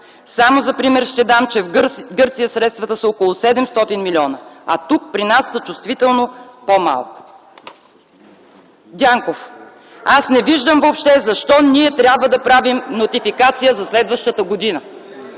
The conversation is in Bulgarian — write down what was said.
Само за пример ще дам, че в Гърция средствата са около 700 милиона, а тук при нас са чувствително по-малко.” Дянков: „Аз не виждам въобще за какво ни трябва да правим нотификация за следващата година.”